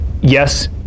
Yes